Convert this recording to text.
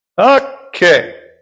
Okay